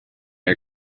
are